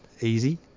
easy